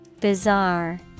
Bizarre